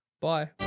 Bye